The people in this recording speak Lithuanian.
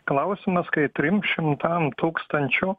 klausimas kai trim šimtam tūkstančių